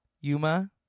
Yuma